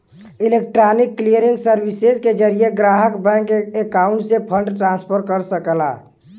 electronic clearing services के जरिये ग्राहक बैंक अकाउंट से फंड ट्रांसफर कर सकला